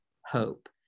hope